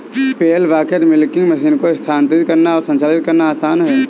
पेल bucket milking machine को स्थानांतरित करना और संचालित करना आसान है